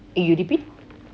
eh you repeat